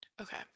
Okay